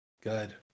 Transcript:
Good